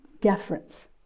deference